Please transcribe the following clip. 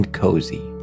cozy